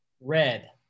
Red